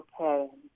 okay